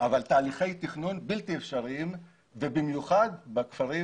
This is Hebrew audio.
אבל תהליכי תכנון בלתי אפשריים ובמיוחד בכפרים